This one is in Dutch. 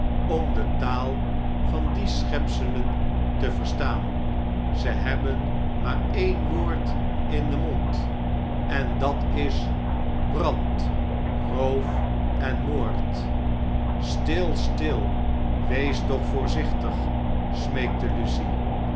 om de taal van die schepselen te verstaan ze hebben maar een woord in den mond en dat is brand koof en moordl stil stil wees toch voorzichtig